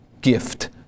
gift